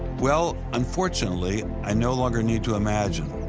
well, unfortunately, i no longer need to imagine.